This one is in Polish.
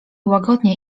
łagodnie